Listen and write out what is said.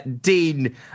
Dean